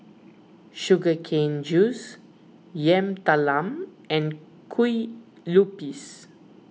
Sugar Cane Juice Yam Talam and Kue Lupis